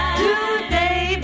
today